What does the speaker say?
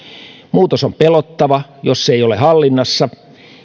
muutos on pelottava jos se ei ole hallinnassa